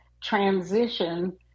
transition